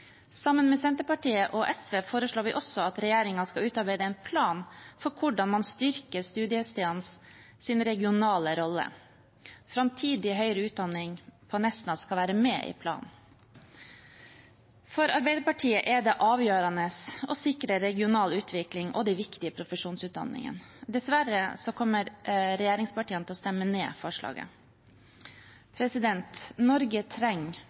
Sammen med Senterpartiet og SV foreslår vi også at regjeringen skal utarbeide en plan for hvordan man styrker studiestedenes regionale rolle. Framtidig høyere utdanning på Nesna skal være med i planen. For Arbeiderpartiet er det avgjørende å sikre regional utvikling og de viktige profesjonsutdanningene. Dessverre kommer regjeringspartiene til å stemme ned forslaget. Norge trenger